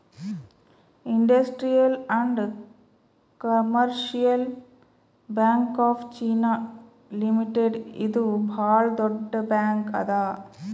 industrial and commercial bank of China limited ಇದು ಭಾಳ್ ದೊಡ್ಡ ಬ್ಯಾಂಕ್ ಅದಾ